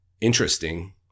interesting